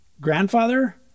grandfather